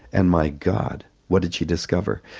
and my god, what did she discover!